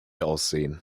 aussehen